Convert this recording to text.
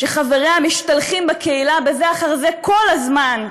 שחבריה משתלחים בקהילה בזה אחר זה כל הזמן,